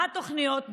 מה התוכניות,